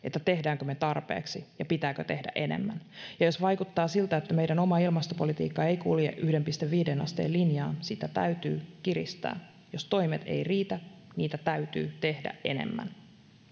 teemmekö me tarpeeksi ja pitääkö tehdä enemmän jos vaikuttaa siltä että meidän oma ilmastopolitiikkamme ei kulje yhteen pilkku viiteen asteen linjaa sitä täytyy kiristää jos toimet eivät riitä niitä täytyy tehdä enemmän